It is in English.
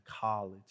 college